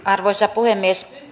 arvoisa puhemies